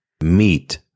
meet